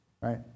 right